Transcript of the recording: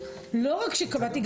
לא רק שקבעתי איתו,